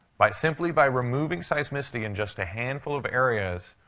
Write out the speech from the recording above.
by simply by removing seismicity in just a handful of areas,